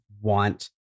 want